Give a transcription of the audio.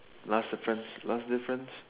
last difference last difference